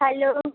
hello